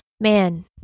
man